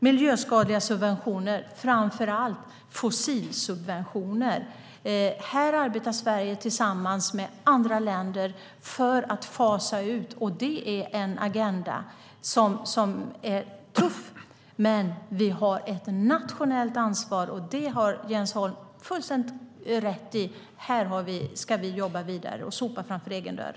Miljöskadliga subventioner och framför allt fossilsubventioner arbetar Sverige tillsammans med andra länder för att fasa ut. Det är en agenda som är tuff, men vi har ett nationellt ansvar, och Jens Holm har fullständigt rätt i att vi här ska jobba vidare och sopa framför egen dörr.